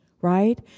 right